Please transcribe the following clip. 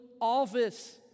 office